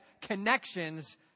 connections